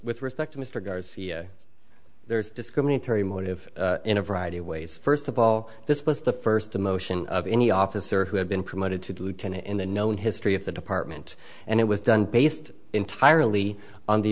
with respect to mr garcia there is discriminatory motive in a variety of ways first of all this was the first demotion of any officer who had been promoted to do ten in the known history of the department and it was done based entirely on the